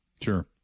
Sure